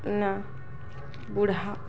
ନା ବୁଢ଼ା